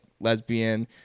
lesbian